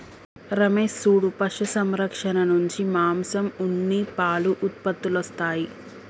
రమేష్ సూడు పశు సంరక్షణ నుంచి మాంసం ఉన్ని పాలు ఉత్పత్తులొస్తాయి